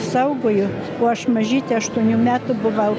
saugojo o aš mažytė aštuonių metų buvau